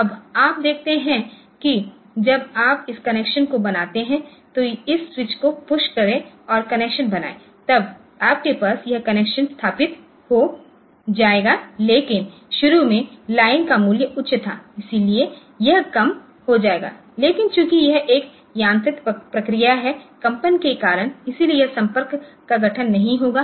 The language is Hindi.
अब आप देखते हैं कि जब आप इस कनेक्शन को बनाते हैं तो इस स्विच को पुश करें और कनेक्शन बनाएं तब आपके पास यह कनेक्शन स्थापित हो जाएगा लेकिन शुरू में लाइन का मूल्य उच्च था इसलिए यह कम हो जाएगा लेकिन चूंकि यह एक यांत्रिक प्रक्रिया है कंपन के कारण इसलिए यह संपर्क का गठन नहीं होगा